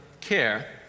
care